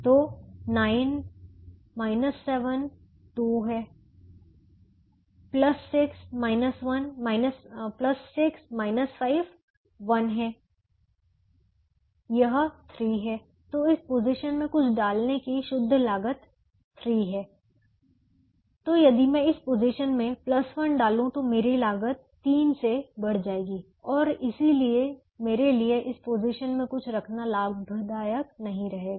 तो 9 7 2 है 6 5 1 है यह 3 है तो इस पोजीशन में कुछ डालने की शुद्ध लागत 3 है तो यदि मैं इस में 1 डालूं तो मेरी लागत 3 से बढ़ जाएगी और इसलिए मेरे लिए इस में कुछ रखना लाभदायक नहीं रहेगा